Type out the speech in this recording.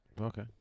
Okay